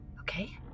Okay